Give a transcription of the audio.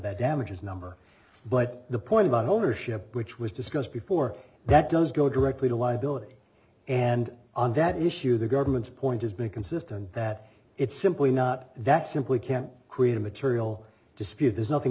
that damages number but the point about ownership which was discussed before that does go directly to liability and on that issue the government's point has been consistent that it's simply not that simply can't create a material dispute there's nothing